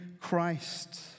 Christ